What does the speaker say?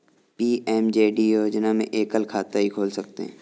PMJD योजना में एकल खाता ही खोल सकते है